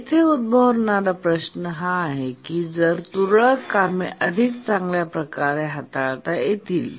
येथे उद्भवणारा प्रश्न हा आहे की जर ही तुरळक कामे अधिक चांगल्या प्रकारे हाताळता येतील